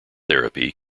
therapy